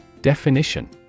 Definition